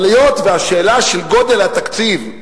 אבל היות שהשאלה של גודל התקציב,